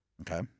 Okay